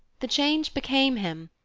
the change became him,